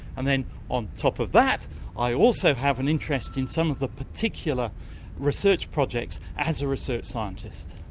and then on top of that i also have an interest in some of the particular research projects as a research scientist.